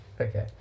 Okay